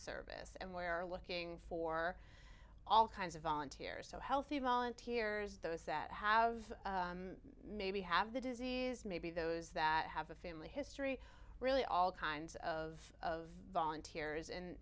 service and where looking for all kinds of volunteers so healthy volunteers those that have maybe have the disease maybe those that have a family history really all kinds of of volunteers